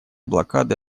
блокады